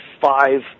five